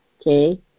okay